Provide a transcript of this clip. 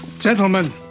Gentlemen